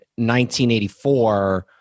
1984